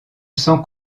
sang